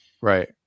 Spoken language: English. Right